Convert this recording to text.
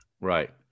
Right